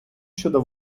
щодо